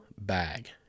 bag